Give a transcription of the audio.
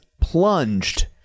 plunged